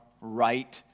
right